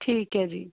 ਠੀਕ ਹੈ ਜੀ